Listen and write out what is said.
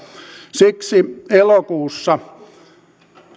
siksi elokuussa